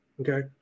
Okay